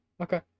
Okay